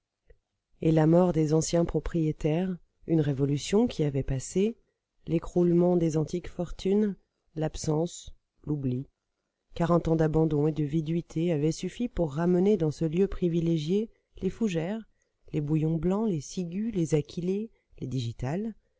et la mort des anciens propriétaires une révolution qui avait passé l'écroulement des antiques fortunes l'absence l'oubli quarante ans d'abandon et de viduité avaient suffi pour ramener dans ce lieu privilégié les fougères les bouillons blancs les ciguës les achillées les digitales